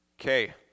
Okay